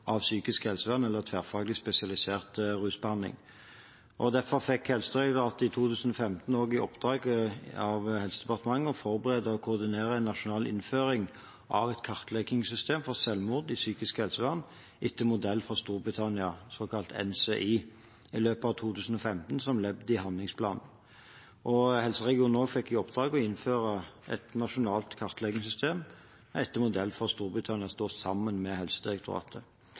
av psykisk helsevern eller tverrfaglig spesialisert rusbehandling. Derfor fikk Helsedirektoratet i oppdrag av Helsedepartementet å forberede og koordinere en nasjonal innføring av et kartleggingssystem for selvmord i psykisk helsevern etter modell fra Storbritannia – såkalt NCI – i løpet av 2015 som ledd i handlingsplanen. Helseregion Nord fikk i oppdrag å innføre et nasjonalt kartleggingssystem etter modell fra Storbritannia sammen med Helsedirektoratet.